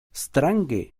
strange